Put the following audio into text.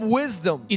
wisdom